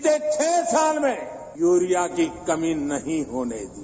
बीते छह साल में यूरिया की कमी नहीं होने दी